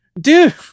dude